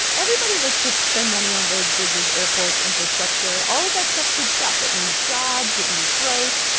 everybody likes to spend money on roads, bridges, airports, infrastructure. all of that stuff's good stuff. it means jobs. it means growth.